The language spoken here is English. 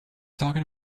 talking